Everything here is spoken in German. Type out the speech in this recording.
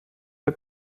der